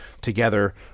together